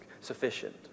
sufficient